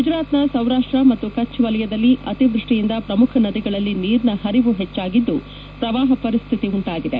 ಗುಜರಾತ್ನ ಸೌರಾಷ್ಟ ಮತ್ತು ಕಭ್ ವಲಯದಲ್ಲಿ ಅತಿವೃಷ್ಠಿಯಿಂದ ಪ್ರಮುಖ ನದಿಗಳಲ್ಲಿ ನೀರಿನ ಪರಿವು ಹೆಚ್ಚಾಗಿದ್ದು ಪ್ರವಾಪ ಪರಿಸ್ಥಿತಿ ಉಂಟಾಗಿದೆ